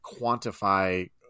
quantify